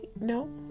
No